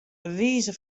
wize